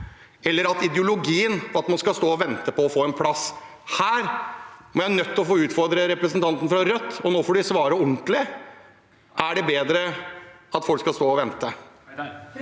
eller ideologien og at man skal stå og vente på å få en plass? Her er jeg nødt til å få utfordre representanten fra Rødt, og nå får hun svare ordentlig: Er det bedre at folk skal stå og vente?